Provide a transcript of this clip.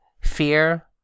Fear